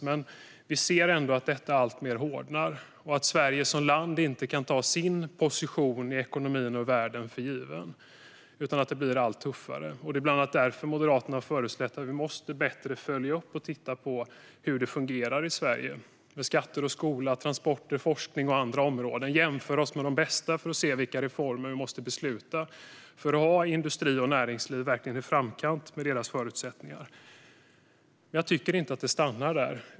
Men vi ser att det hårdnar alltmer och att Sverige som land inte kan ta sin position i ekonomin och i världen för given, utan det blir allt tuffare. Det är bland annat därför Moderaterna har föreslagit att vi ska följa upp detta bättre och titta på hur det fungerar i Sverige med skatter, skola, transporter, forskning och andra områden. Vi ska jämföra oss med de bästa för att se vilka reformer vi måste besluta om för att vi verkligen ska kunna ha industri och näringsliv i framkant - med deras förutsättningar. Jag tycker inte att det stannar där.